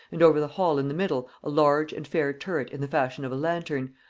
and over the hall in the middle a large and fair turret in the fashion of a lantern,